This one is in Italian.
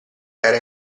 era